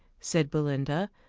said belinda,